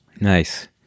Nice